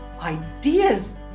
Ideas